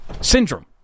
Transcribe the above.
syndrome